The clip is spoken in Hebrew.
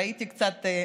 ראיתי קצת,